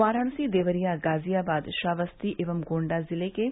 वाराणसी देवरिया गाजियाबाद श्रावस्ती एवं गोण्डा जिलों के